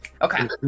Okay